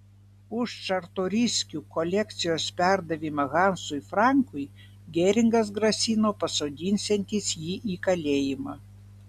už čartoriskių kolekcijos perdavimą hansui frankui geringas grasino pasodinsiantis jį į kalėjimą